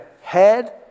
head